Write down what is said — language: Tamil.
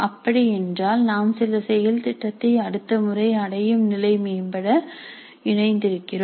அப்படி என்றால் நாம் சில செயல்திட்டத்தை அடுத்த முறை அடையும் நிலை மேம்பட இணைந்திருக்கிறோம்